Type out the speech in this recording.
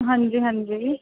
ਹਾਂਜੀ ਹਾਂਜੀ